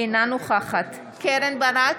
אינה נוכחת קרן ברק,